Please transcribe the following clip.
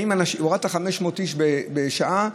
הורדת 500 איש בשעה,